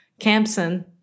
Campson